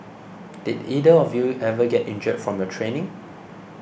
did either of you ever get injured from your training